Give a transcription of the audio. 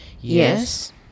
Yes